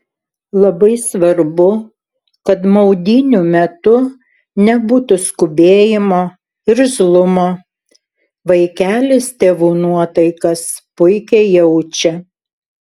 labai svarbu kad maudynių metu nebūtų skubėjimo irzlumo vaikelis tėvų nuotaikas puikiai jaučia